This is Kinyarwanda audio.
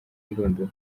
ndunduro